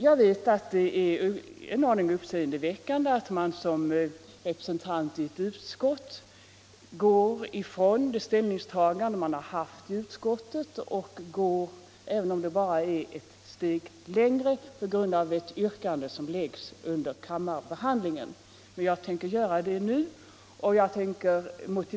Jag vet att det är en aning uppseendeväckande att en ledamot i ett utskott överger det ställningstagande som han eller hon gjort i utskottet och går ett steg längre på grund av ett yrkande som framställs under oehandlingen i kammaren. Men jag tänker göra det nu, och jag tänker mot.